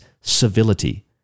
civility